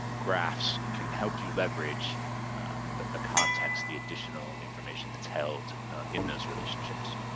graphs can help you leverage the the context, the additional information that's held in those relationships.